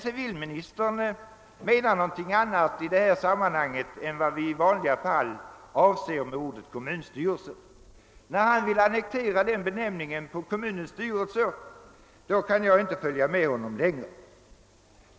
Civilministern menar emellertid någonting annat i detta sammanhang än vad vi i vanliga fall avser med ordet kommunstyrelse. När han vill annektera den benämningen på kommunens styrelse kan jag inte följa honom.